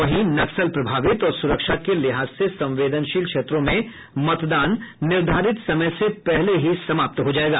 वहीं नक्सल प्रभावित और सुरक्षा के लिहाज से संवेदनशील क्षेत्रों में मतदान निर्धारित के समय से पहले ही समाप्त हो जायेगा